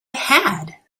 had